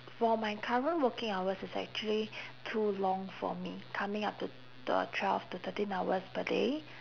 for my current working hours it's actually too long for me coming up to the twelve to thirteen hours per day